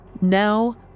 Now